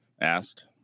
asked